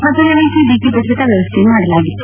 ಮತದಾನಕ್ಕೆ ಬಿಗಿ ಭದ್ರತಾ ವ್ಯವಸ್ಥೆ ಮಾಡಲಾಗಿತ್ತು